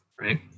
right